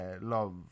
love